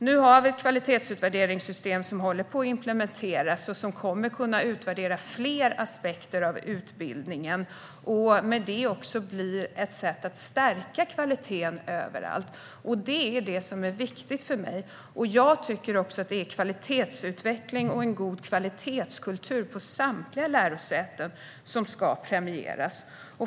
Nu har vi ett kvalitetsutvärderingssystem som håller på att implementeras och som kommer att kunna utvärdera fler aspekter av utbildningen. I och med detta blir det också ett sätt att stärka kvaliteten överallt, vilket är det som är viktigt för mig. Jag tycker också att det är kvalitetsutveckling och en god kvalitetskultur på samtliga lärosäten som ska premieras.